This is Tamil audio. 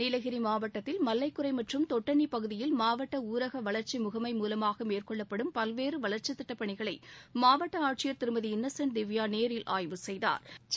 நீலகிரி மாவட்டத்தில் மல்லைக்குரை மற்றும் தொட்டன்னி பகுதியில் மாவட்ட ஊரக வளர்ச்சி முகமை மூலமாக மேற்கொள்ளப்படும் பல்வேறு வளர்ச்சிப் பணிகளை மாவட்ட ஆட்சியர் திருமதி இன்னசென்ட் திவ்யா நேரில் ஆய்வு செய்தாா்